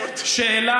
נתניהו,